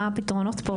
מה הפתרונות פה?